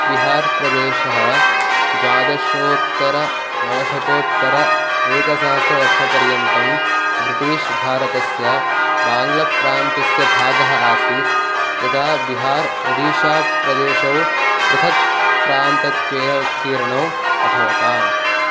बिहार् प्रदेशः द्वादशोत्तरनवशतोत्तर एकसहस्रवर्षपर्यन्तं ब्रिटीश् भारतस्य बाङ्ग्लप्रान्तस्य भागः आसीत् यदा बिहार् ओडीशाप्रदेशौ पृथक् प्रान्तेन उत्कीर्णौ अभवताम्